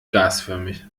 gasförmig